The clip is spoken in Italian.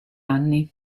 anni